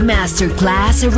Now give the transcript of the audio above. Masterclass